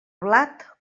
blat